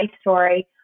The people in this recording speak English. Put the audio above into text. story